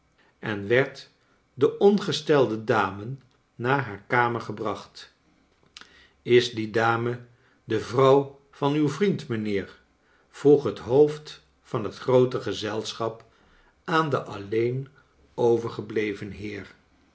en werd de ongestelde dame naar haar kamer gebracht is die dame de vrouw van uw vriend mijnheer vroeg het hoofd van het groote gezelschap aan den alleen overgebleven heer